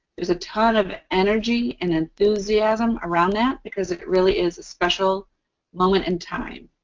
there's a ton of energy and enthusiasm around that because it really is a special moment in time.